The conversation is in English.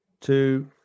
two